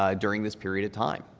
um during this period of time.